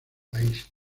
país